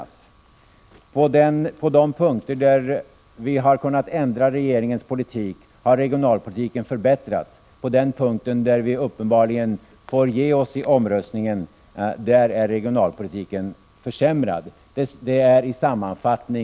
Läget i dag kan sammanfattas på följande sätt. På de punkter där vi har kunnat ändra regeringens politik har regionalpolitiken förbättrats. På den punkt där vi uppenbarligen får ge oss i omröstningen försämras regionalpolitiken.